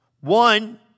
One